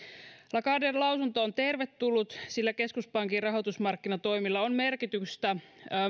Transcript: lagarden lausunto on tervetullut sillä keskuspankin rahoitusmarkkinatoimilla on merkitystä